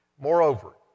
Moreover